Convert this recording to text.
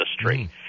industry